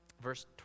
Verse